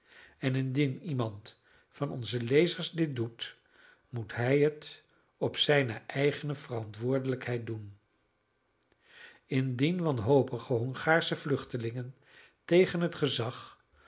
en indien iemand van onze lezers dit doet moet hij het op zijne eigene verantwoordelijkheid doen indien wanhopige hongaarsche vluchtelingen tegen het gezag